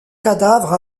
cadavre